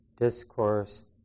discourse